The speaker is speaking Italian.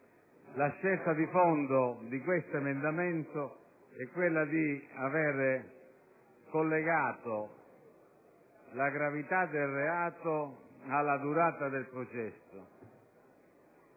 La scelta di fondo di questo emendamento è quella di aver collegato la gravità del reato alla durata del processo: